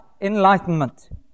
enlightenment